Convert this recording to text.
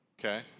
okay